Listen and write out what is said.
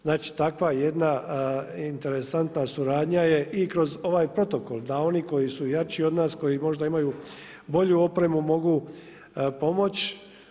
Znači takva jedna interesantna suradnja je i kroz ovaj protokol, da oni koji su jači od nas, koji možda imaju bolju opremu mogu pomoći.